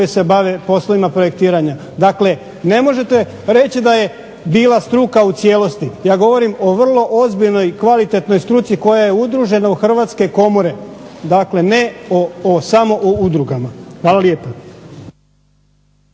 koji se bave poslovima projektiranja. Dakle, ne možete reći da je bila struka u cijelosti. Ja govorim o vrlo ozbiljnoj i kvalitetnoj struci koja je udružena u hrvatske komore. Dakle, ne samo o udrugama. Hvala lijepa.